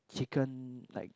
chicken like